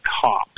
cop